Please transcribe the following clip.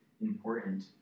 important